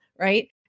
right